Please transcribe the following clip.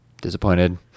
disappointed